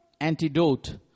antidote